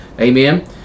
amen